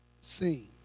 seen